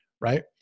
Right